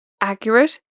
accurate